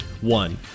One